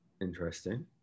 Interesting